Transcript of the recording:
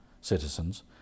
citizens